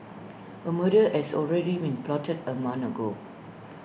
A murder as already been plotted A month ago